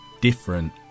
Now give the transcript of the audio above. different